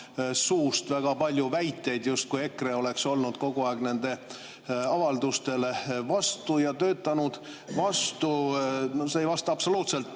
väga palju väiteid, justkui EKRE oleks olnud kogu aeg nendele avaldustele vastu ja töötanud vastu. No see ei vasta absoluutselt